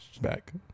back